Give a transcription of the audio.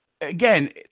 again